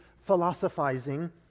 philosophizing